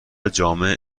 جامع